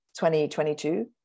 2022